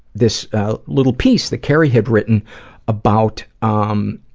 this ah little piece that kerry had written about, um,